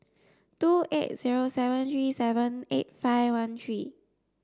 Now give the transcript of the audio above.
two eight zero seven three seven eight five one three